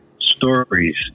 stories